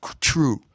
true